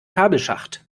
kabelschacht